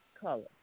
color